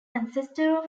ancestor